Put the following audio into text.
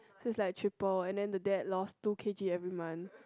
so it's like triple and then the dad lost two K_G every month